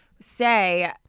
say